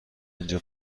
اینجا